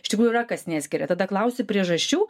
iš tikrųjų yra kas neskiria tada klausi priežasčių